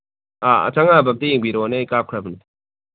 ꯑꯥ ꯆꯪꯉꯛꯑꯕ꯭ꯔꯥ ꯑꯝꯇ ꯌꯦꯡꯕꯤꯔꯛꯑꯣꯅꯦ ꯑꯩ ꯀꯥꯞꯈ꯭ꯔꯕꯅꯦ